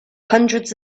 hundreds